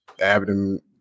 abdomen